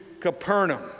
Capernaum